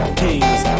kings